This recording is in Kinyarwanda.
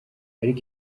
ariko